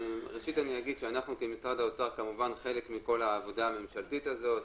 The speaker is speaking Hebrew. ראשית אומר שאנחנו במשרד האוצר כמובן חלק מכל העבודה הממשלתית הזאת.